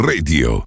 Radio